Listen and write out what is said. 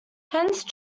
hence